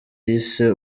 yise